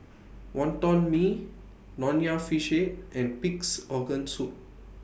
Wonton Mee Nonya Fish Head and Pig'S Organ Soup